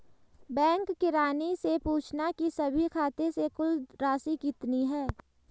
bank किरानी से पूछना की सभी खाते से कुल राशि कितनी है